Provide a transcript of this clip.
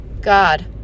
God